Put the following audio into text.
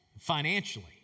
financially